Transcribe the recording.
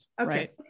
okay